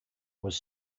was